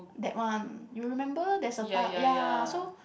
that one you remember there's a tar~ ya so